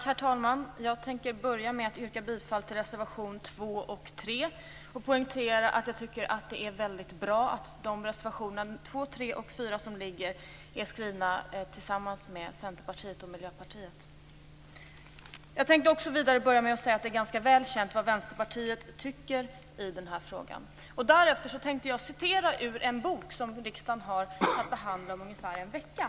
Herr talman! Jag börjar med att yrka bifall till reservationerna 2 och 3 och vill samtidigt poängtera att det är väldigt bra att reservationerna 2, 3 och 4 är skrivna tillsammans med Centerpartiet och Miljöpartiet. Först vill jag säga att det är ganska väl känt vad vi i Vänsterpartiet tycker i den här frågan. Sedan tänker jag citera ur en bok som riksdagen har att behandla om ungefär en vecka.